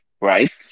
right